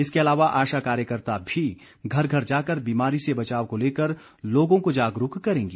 इसके अलावा आशा कार्यकर्ता भी घर घर जाकर बीमारी से बचाव को लेकर लोगों को जागरूक करेंगी